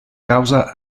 causa